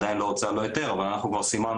עדיין לא הוצא לו היתר אבל אנחנו כבר סימנו